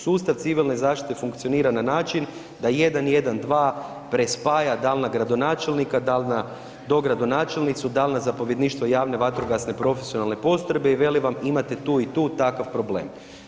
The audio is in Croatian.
Sustav civilne zaštite funkcionira na način da 112 prespaja dal na gradonačelnika, dal na dogradonačelnicu, dal na zapovjedništvo javne vatrogasne profesionalne postrojbe i vele vam imate tu i tu takav problem.